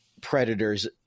predators